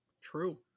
True